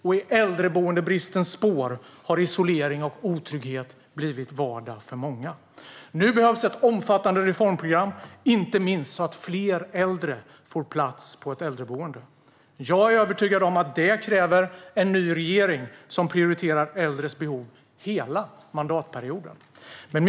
Och i äldreboendebristens spår har isolering och otrygghet blivit vardag för många. Nu behövs det ett omfattande reformprogram, inte minst så att fler äldre får plats på ett äldreboende. Jag är övertygad om att det kräver en ny regering som prioriterar äldres behov hela mandatperioden.